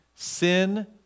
Sin